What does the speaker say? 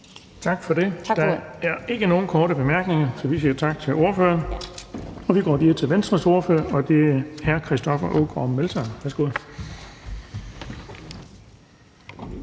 Tak for det. Der er ikke nogen korte bemærkninger, så vi siger tak til ordføreren. Så går vi videre til Venstres ordfører, og det er hr. Christoffer Aagaard Melson. Værsgo.